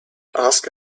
ask